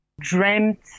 dreamt